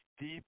deep